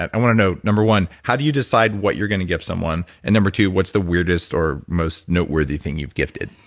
i want to know, number one how do you decide what you're going to gift someone, and number two, what's the weirdest or most noteworthy thing you've gifted?